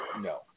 No